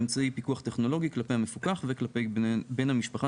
באמצעי פיקוח טכנולוגי כלפי המפוקח וכלפי בן המשפחה